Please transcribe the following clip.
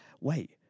Wait